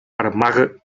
armagh